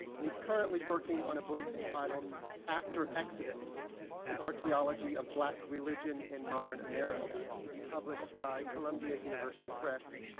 and he's currently working on a book entitled after exodus an archeology of black religion in modern america, to be published by columbia university press.